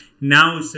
Now